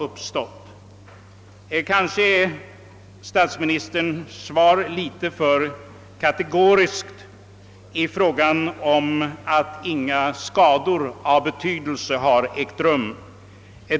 Måhända är statsministerns svar litet kategoriskt i det avsnitt där det heter att inga skador av betydelse har uppkommit.